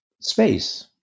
space